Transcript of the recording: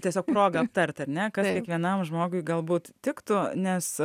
tiesiog proga aptart ar ne kiekvienam žmogui galbūt tiktų nes